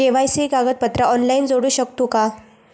KYC कागदपत्रा online जोडू शकतू का?